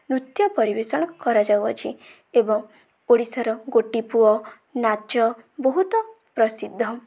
ନୃତ୍ୟ ପରିବେଷଣ କରାଯାଉଅଛି ଏବଂ ଓଡ଼ିଶାର ଗୋଟିପୁଅ ନାଚ ବହୁତ ପ୍ରସିଦ୍ଧ